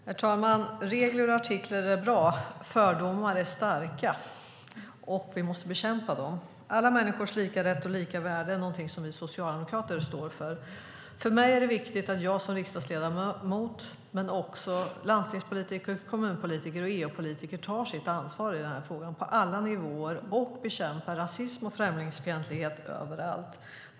Herr talman! Regler och artiklar är bra. Fördomar är starka, och vi måste bekämpa dem. Alla människors lika rätt och lika värde är någonting som vi socialdemokrater står för. För mig är det viktigt att jag som riksdagsledamot tar mitt ansvar. Men det är också viktigt att landstingspolitiker, kommunpolitiker och EU-politiker tar sitt ansvar i den här frågan, på alla nivåer, och bekämpar rasism och främlingsfientlighet överallt.